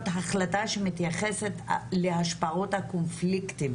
החלטה שמתייחסת להשפעות הקונפליקטים